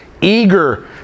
eager